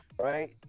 right